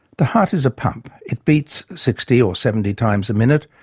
the heart is a pump. it beats sixty or seventy times a minute,